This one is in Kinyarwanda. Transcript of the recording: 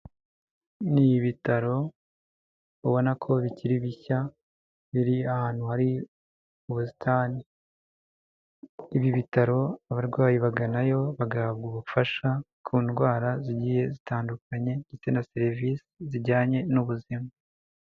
Ni ibitaro ubona ko bikiri bishya biri ahantu hari ubusitani ibi ibitaro abarwayi baganayo bagahabwa ubufasha ku ndwara zigiye zitandukanye ndetse na serivisi zijyanye n'ubuzima.